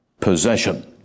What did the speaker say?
possession